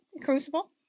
Crucible